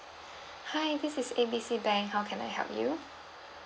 hi this is A B C bank how can I help you